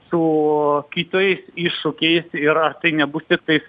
su kitais iššūkiais yra tai nebus tiktais